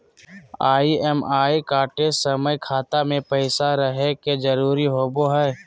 EMI कटे समय खाता मे पैसा रहे के जरूरी होवो हई